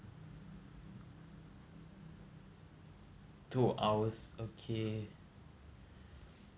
two hours okay